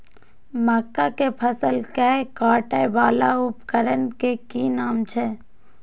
मक्का के फसल कै काटय वाला उपकरण के कि नाम छै?